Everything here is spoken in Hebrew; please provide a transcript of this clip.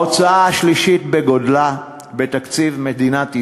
ההוצאה השלישית בגודלה בתקציב מדינת ישראל,